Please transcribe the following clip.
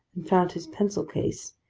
and found his pencil-case,